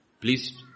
Please